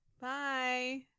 Bye